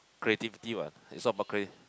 creativity what it's all about crea~